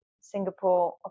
Singapore